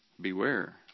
beware